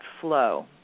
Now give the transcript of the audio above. flow